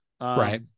Right